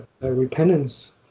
repentance